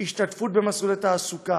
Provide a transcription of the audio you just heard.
והשתתפות במסלולי תעסוקה.